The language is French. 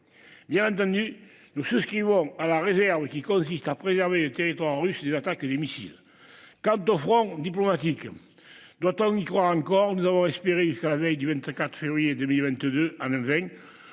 c'est ce qu'ils vont à la réserve qui consiste à préserver le territoire russe des attaques et les missiles. Quant au front diplomatique. Doit-on y croit encore, nous avons espéré jusqu'à la veille du 24 février 2022, Alain